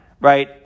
right